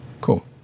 cool